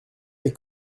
les